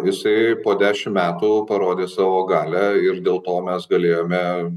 jisai po ešim metų jau parodė savo galią ir dėl to mes galėjome